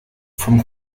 from